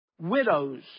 Widows